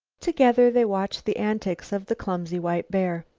together they watched the antics of the clumsy white bear.